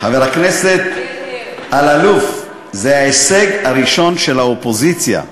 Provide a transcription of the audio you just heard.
120. זה ההישג הראשון של האופוזיציה.